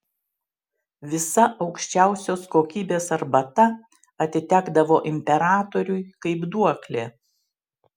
visa aukščiausios kokybės arbata atitekdavo imperatoriui kaip duoklė